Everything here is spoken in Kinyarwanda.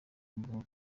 muganga